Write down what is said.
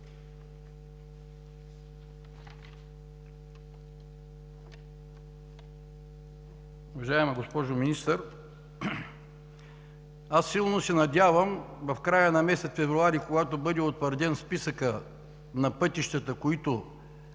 Уважаема госпожо Министър, силно се надявам в края на месец февруари, когато бъде утвърден списъкът на пътищата, които